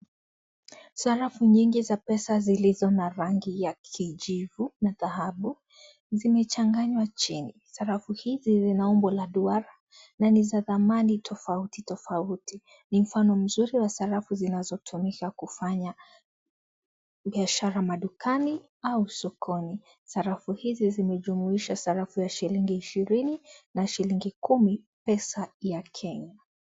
Sarafu nyingi za pesa zilizo na rangi ya kijivu na dhahabu zimechanganywa chini, sarafu hii lina umbo la duara na ni za thamana tofauti tofauti ni mfano mzuri wa sarufu zinazotolewa kufanya biashara madukani au sokoni, sarafu hizi zimejumuisha arafu ya shilingi ishirini na shilingi kumi pesa ya Kenya.